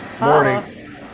morning